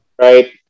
right